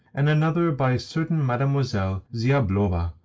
and another by a certain mademoiselle ziablova,